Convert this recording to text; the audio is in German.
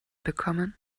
bekommen